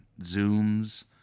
zooms